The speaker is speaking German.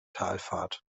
talfahrt